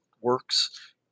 works